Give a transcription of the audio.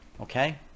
okay